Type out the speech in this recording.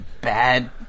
bad